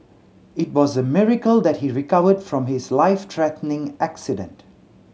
it was a miracle that he recovered from his life threatening accident